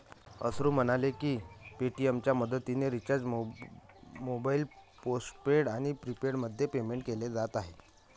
अश्रू म्हणाले की पेटीएमच्या मदतीने रिचार्ज मोबाईल पोस्टपेड आणि प्रीपेडमध्ये पेमेंट केले जात आहे